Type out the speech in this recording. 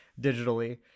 digitally